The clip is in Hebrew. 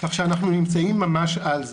כך שאנחנו נמצאים ממש על זה.